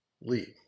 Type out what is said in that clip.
leave